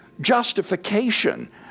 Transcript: justification